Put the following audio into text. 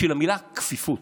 בשביל המילה "כפיפות".